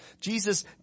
Jesus